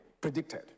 predicted